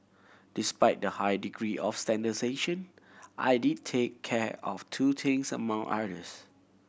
despite the high degree of standardisation I did take care of two things among others